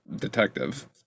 Detective